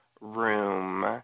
room